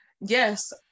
Yes